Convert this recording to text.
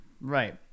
Right